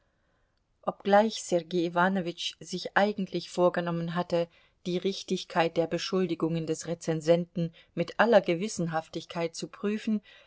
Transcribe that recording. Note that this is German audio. obgleich sergei iwanowitsch sich eigentlich vorgenommen hatte die richtigkeit der beschuldigungen des rezensenten mit aller gewissenhaftigkeit zu prüfen